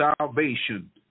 salvation